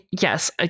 yes